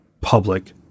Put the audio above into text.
public